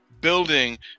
building